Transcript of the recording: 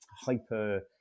hyper